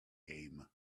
game